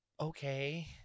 okay